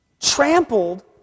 trampled